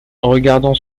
regardant